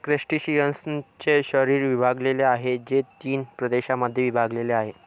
क्रस्टेशियन्सचे शरीर विभागलेले आहे, जे तीन प्रदेशांमध्ये विभागलेले आहे